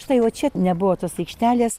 štai o čia nebuvo tos aikštelės